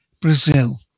Brazil